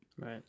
Right